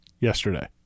yesterday